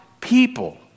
people